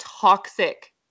toxic